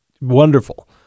wonderful